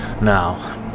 Now